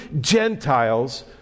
Gentiles